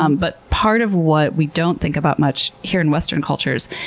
um but part of what we don't think about much here in western cultures,